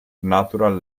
natural